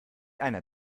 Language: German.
einer